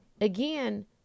again